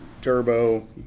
turbo